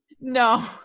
No